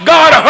God